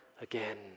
again